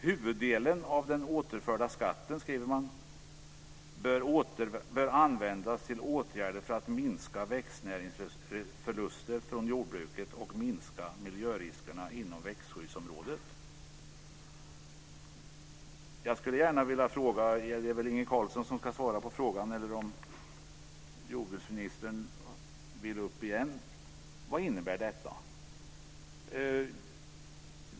Huvuddelen av den återförda skatten bör användas till åtgärder för att minska växtnäringsförluster från jordbruket och minska miljöriskerna inom växtskyddsområdet." Jag skulle gärna vilja ställa en fråga. Det är väl Inge Carlsson eller jordbruksministern som ska svara på den frågan. Vad innebär detta?